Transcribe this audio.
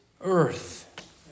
earth